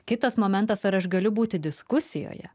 kitas momentas ar aš galiu būti diskusijoje